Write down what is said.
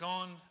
Gone